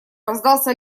раздался